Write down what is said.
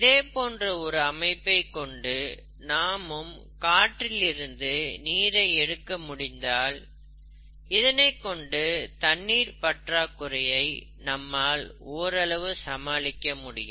இதேபோன்ற ஒரு அமைப்பைக் கொண்டு நாமும் காற்றிலிருந்து நீரை எடுக்க முடிந்தால் இதனை கொண்டு தண்ணீர் பற்றாக்குறையை நம்மால் ஓரளவு சமாளிக்க முடியும்